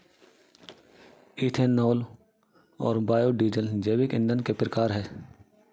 ethanol और biodiesel जैविक ईंधन के प्रकार है